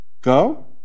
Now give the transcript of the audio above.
go